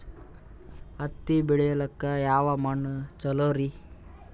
ಹತ್ತಿ ಬೆಳಿಲಿಕ್ಕೆ ಯಾವ ಮಣ್ಣು ಚಲೋರಿ?